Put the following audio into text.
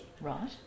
Right